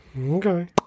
Okay